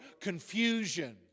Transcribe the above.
confusion